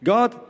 God